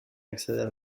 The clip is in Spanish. acceder